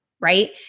Right